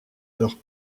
alors